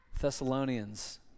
Thessalonians